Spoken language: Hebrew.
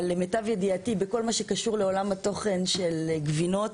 אבל למיטב ידיעתי בכל מה שקשור לעולם התוכן של גבינות,